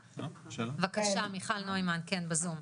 בבקשה מיכל נוימן, בזום.